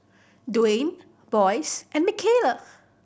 Duane Boyce and Mikayla